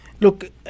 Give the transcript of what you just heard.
Look